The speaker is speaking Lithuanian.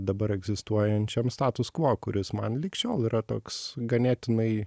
dabar egzistuojančiam status kvo kuris man lig šiol yra toks ganėtinai